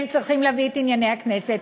הם צריכים להביא את ענייני הכנסת,